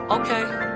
Okay